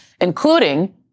including